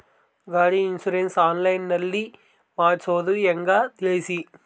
ಗಾಡಿ insurance online ನಲ್ಲಿ ಮಾಡ್ಸೋದು ಹೆಂಗ ತಿಳಿಸಿ?